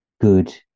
good